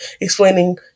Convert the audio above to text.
explaining